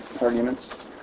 Arguments